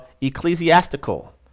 ecclesiastical